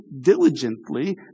diligently